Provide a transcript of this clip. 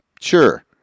sure